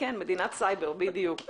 כן, במדינת סייבר, בדיוק.